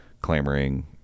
clamoring